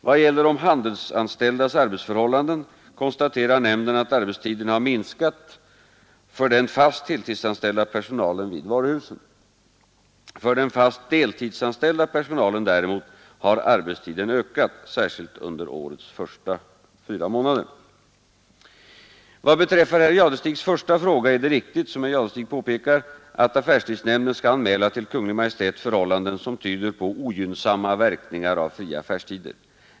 Vad gäller de handelsanställdas arbetsförhållanden konstaterar nämnden att arbetstiden har minskat för den fast heltidsanställda personalen vid varuhusen. För den fast deltidsanställda personalen däremot har arbetstiden ökat, särskilt under årets fyra första månader. Vad beträffar herr Jadestigs första fråga är det riktigt som herr Jadestig påpekar, att affärstidsnämnden skall anmäla till Kungl. Maj:t förhållanden som tyder på ogynnsamma verkningar av fria affärstider.